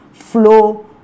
flow